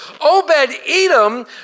Obed-Edom